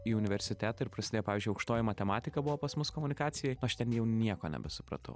į universitetą ir prasidėjo pavyzdžiui aukštoji matematika buvo pas mus komunikacijoj aš ten jau nieko nebesupratau